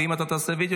ואם תעשה וידיאו,